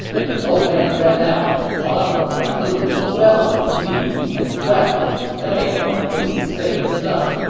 and the old man ran out, caught up to guan lu, fell to his knees, and wept as he begged guan lu to save his son